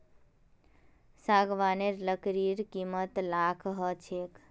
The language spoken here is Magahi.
सागवानेर लकड़ीर कीमत लाखत ह छेक